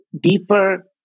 deeper